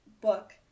book